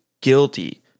guilty